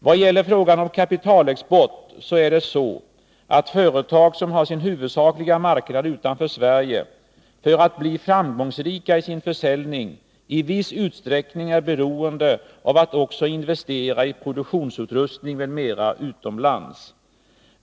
Vad gäller frågan om kapitalexport är det så, att företag som har sin huvudsakliga marknad utanför Sverige för att bli framgångsrika i sin försäljning i viss utsträckning är beroende av att också investera i produktionsutrustning m.m. utomlands.